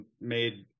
made